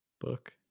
Book